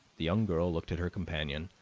the young girl looked at her companion,